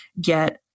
get